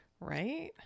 Right